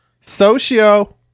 socio